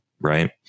right